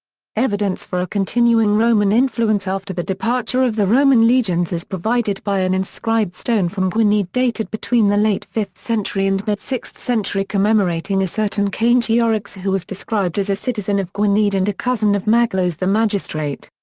evidence for a continuing roman influence after the departure of the roman legions is provided by an inscribed stone from gwynedd dated between the late fifth century and mid sixth century commemorating a certain cantiorix who was described as a citizen of gwynedd and a cousin of maglos the magistrate.